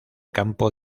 campo